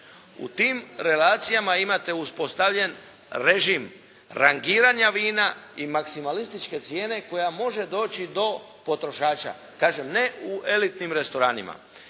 U tim relacijama imate uspostavljen režim rangiranja vina i maksimalističke cijene koja može doći do potrošača. Kažem ne u elitnim restoranima,